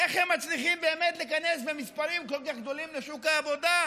איך הם מצליחים באמת להיכנס במספרים כל כך גדולים לשוק העבודה,